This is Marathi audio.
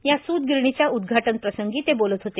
या सूतगिरणीच्या उदघाटन प्रसंगी ते बोलत होते